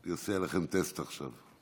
אני עושה עליכם טסט עכשיו.